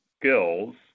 skills